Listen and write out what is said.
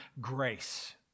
grace